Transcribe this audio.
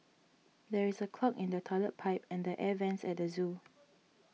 there is a clog in the Toilet Pipe and the Air Vents at the zoo